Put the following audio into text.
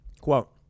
quote